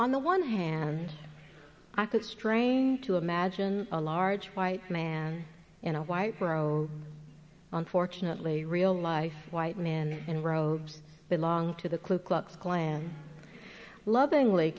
on the one hand i could strain to imagine a large white man in a white row unfortunately real life white men in robes belong to the klu klux klan loving